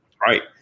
right